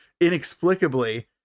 inexplicably